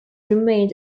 remained